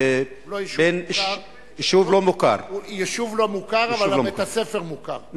בערך, היישוב לא-מוכר אבל בית-הספר מוכר.